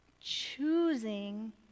choosing